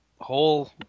whole